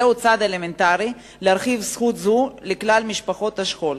זהו צעד אלמנטרי להרחיב זכות זו לכלל משפחות השכול,